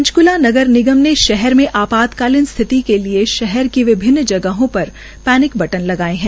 पंचक्ला नगर निगम ने शहर में आपात्तकालीन स्थिति के लिए शहर की विभिन्न जगहों पर पैनिक बटन लगाए है